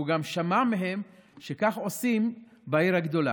והוא גם שמע מהם שכך עושים בעיר הגדולה.